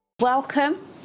welcome